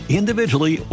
individually